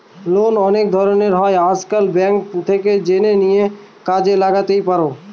loan অনেক ধরনের হয় আজকাল, ব্যাঙ্ক থেকে জেনে নিয়ে কাজে লাগাতেই পারো